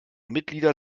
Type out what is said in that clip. mitglieder